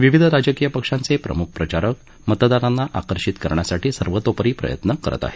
विविध राजकीय पक्षांचे प्रमुख प्रचारक मतदारांना आकर्षित करण्यासाठी सर्वतोपरी प्रयत्न करत आहेत